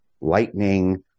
lightning